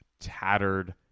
tattered